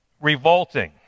revolting